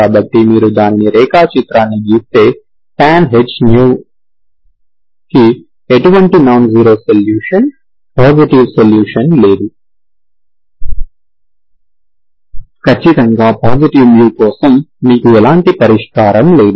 కాబట్టి మీరు దానిని రేఖా చిత్రాన్ని గీస్తే tanh μకి ఎటువంటి నాన్జీరో సొల్యూషన్ పాజిటివ్ సొల్యూషన్ లేదు ఖచ్చితంగా పాజిటివ్ μ కోసం మీకు ఎలాంటి పరిష్కారం లేదు